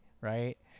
right